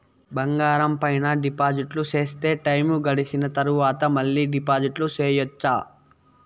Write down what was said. బంగారం పైన డిపాజిట్లు సేస్తే, టైము గడిసిన తరవాత, మళ్ళీ డిపాజిట్లు సెయొచ్చా?